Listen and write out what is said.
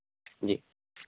जी